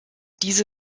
diese